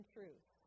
Truth